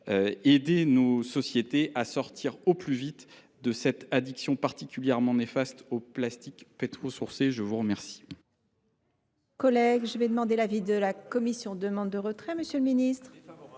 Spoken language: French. aider notre société à sortir au plus vite de notre addiction particulièrement néfaste au plastique pétrosourcé. Quel